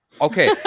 Okay